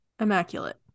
immaculate